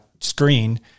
screen